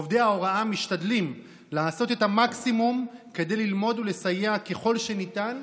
עובדי ההוראה משתדלים לעשות את המקסימום כדי ללמד ולסייע ככל שניתן,